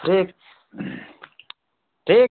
ठीक ठीक